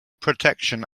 protection